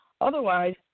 Otherwise